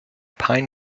pine